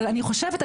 אבל אני חושבת,